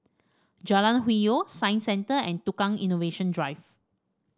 Jalan Hwi Yoh Science Centre and Tukang Innovation Drive